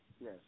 Yes